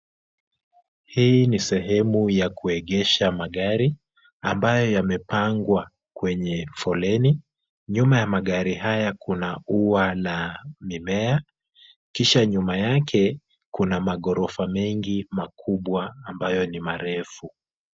Hii ni sehemu ya kuegesha magari ambayo yamepangwa kwenye foleni. Nyuma ya magari haya kuna ua la mimea. Kisha nyuma yake kuna maghorofa mengi makubwa ambayo ni marefu.